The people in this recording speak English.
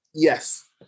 Yes